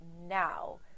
now